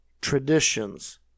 traditions